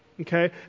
okay